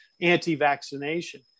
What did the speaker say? anti-vaccination